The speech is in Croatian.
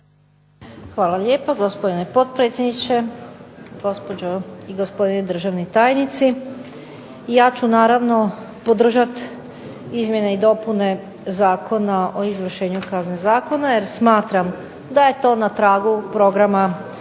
Hvala lijepa gospodine potpredsjedniče, gospođo i gospodine državni tajnici. Ja ću naravno podržati izmjene i dopune Zakona o izvršenju kazne zatvora, jer smatram da je to na tragu programa, Vladinog